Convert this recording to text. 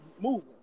moving